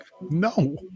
no